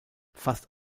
fast